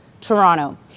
Toronto